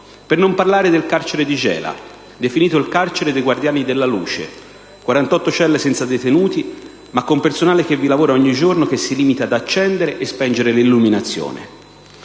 per non parlare del carcere di Gela, definito il carcere dei guardiani della luce: 48 celle senza detenuti, ma con personale che vi lavora ogni giorno che si limita ad accendere e spegnere l'illuminazione.